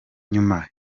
nyuma